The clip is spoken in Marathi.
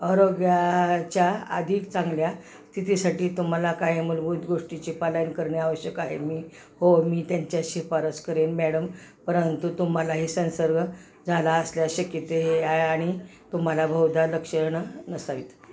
आरोग्याच्या आधिक चांगल्या स्थितीसाठी तुम्हाला काही मुलभूत गोष्टीची पालन करणे आवश्यक आहे मी हो मी त्यांच्या शिफारस करेन मॅडम परंतु तुम्हाला हे संसर्ग झाला असल्या शक्यते हे आहे आणि तुम्हाला बहुदा लक्षण नसावित